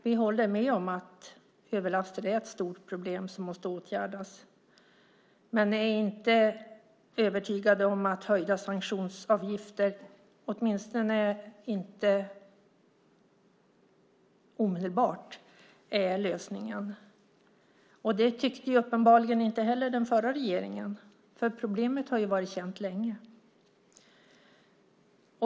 Vi håller med om att överlaster är ett stort problem som måste åtgärdas men är inte övertygade om att höjda sanktionsavgifter är lösningen, åtminstone inte omedelbart. Det tyckte uppenbarligen inte heller den förra regeringen, för problemet har ju varit känt länge.